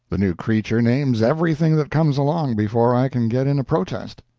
the new creature names everything that comes along, before i can get in a protest.